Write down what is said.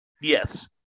Yes